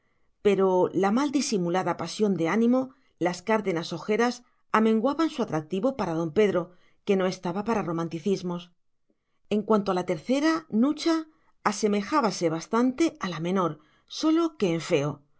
pero la mal disimulada pasión de ánimo las cárdenas ojeras amenguaban su atractivo para don pedro que no estaba por romanticismos en cuanto a la tercera nucha asemejábase bastante a la menor sólo que en feo